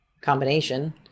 combination